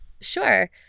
Sure